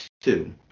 two